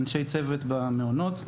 אנשי צוות במעונות.